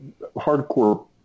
Hardcore